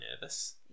nervous